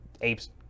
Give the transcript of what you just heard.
apes